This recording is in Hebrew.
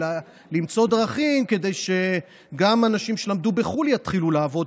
אלא למצוא דרכים כדי שגם אנשים שלמדו בחו"ל יתחילו לעבוד,